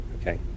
Okay